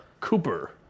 Cooper